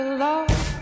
love